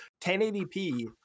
1080p